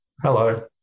Hello